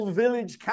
village